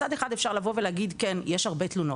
מצד אחד אפשר לבוא ולהגיד, כן, יש הרבה תלונות,